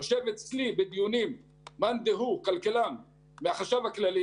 יושב אצלי בדיונים מאן דהוא כלכלן מהחשב הכללי